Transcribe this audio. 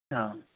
हाँ